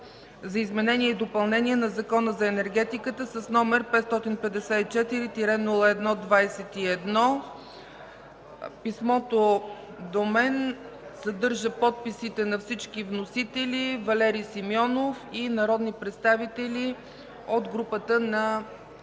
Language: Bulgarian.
за изменение и допълнение на Закона за енергетиката, № 554-01-21. Писмото до мен съдържа подписите на всички вносители – Валери Симеонов и народни представители от групата на